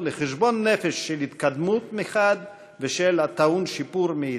לחשבון נפש של התקדמות מחד ושל הטעון שיפור מאידך.